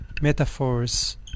metaphors